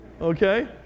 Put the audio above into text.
okay